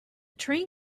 train